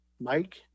Mike